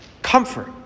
Comfort